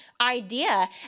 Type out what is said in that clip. idea